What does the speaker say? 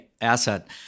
asset